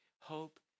hope